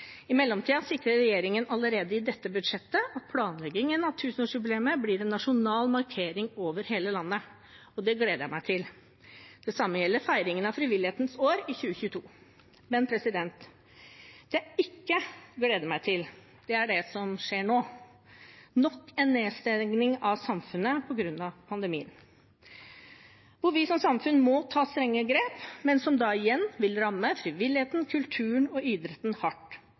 I mellomtiden sikrer regjeringen allerede i dette budsjettet at planleggingen av tusenårsjubileet blir en nasjonal markering over hele landet. Det gleder jeg meg til. Det samme gjelder feiringen av Frivillighetens år i 2022. Det jeg ikke gleder meg til, er det som skjer nå – nok en nedstengning av samfunnet på grunn av pandemien. Vi som samfunn må ta strenge grep, men de vil igjen ramme frivilligheten, kulturen og idretten hardt.